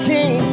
King